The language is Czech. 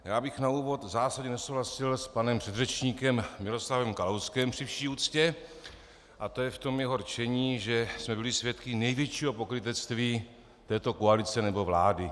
Já bych na úvod v zásadě nesouhlasil s panem předřečníkem Miroslavem Kalouskem, při vší úctě, a to je v tom jeho rčení, že jsme byli svědky největšího pokrytectví této koalice nebo vlády.